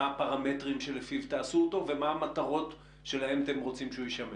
מה הפרמטרים שלפיהם תעשו אותו ומה המטרות שלהן אתם רוצים שהוא ישמש?